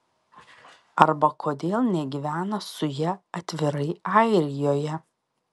arba kodėl negyvena su ja atvirai airijoje